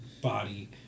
body